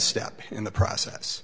step in the process